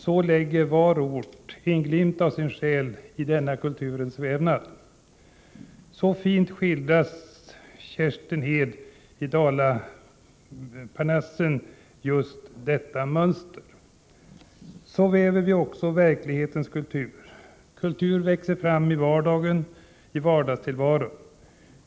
Så lägger var ort en glimt av sin själ i denna kulturens vävnad, som så fint skildras av Kerstin Hed, en av författarna i Dalaparnassen. Så väver vi också verklighetens kultur. Kultur växer fram i vardagstillvaron.